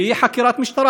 ותהיה חקירת משטרה,